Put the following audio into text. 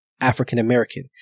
african-american